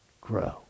grow